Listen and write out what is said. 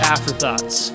Afterthoughts